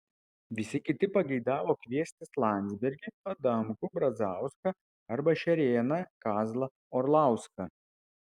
visi kiti pageidavo kviestis landsbergį adamkų brazauską arba šerėną kazlą orlauską